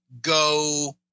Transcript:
go